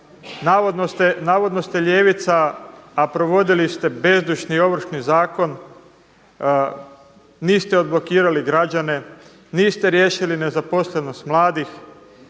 Navodno ste ljevica, provodili ste bezdušni Ovršni zakon. Niste odblokirali građane. Niste riješili nezaposlenost mladih.